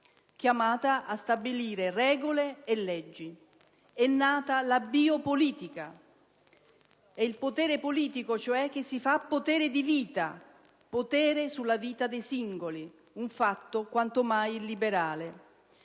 chiamata a stabilire regole e leggi: è nata la biopolitica. È il potere politico, cioè, che si fa potere di vita, potere sulla vita dei singoli, un fatto quanto mai illiberale.